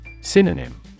Synonym